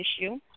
issue